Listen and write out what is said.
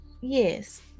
Yes